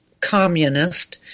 communist